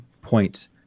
point